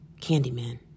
Candyman